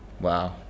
Wow